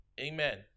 Amen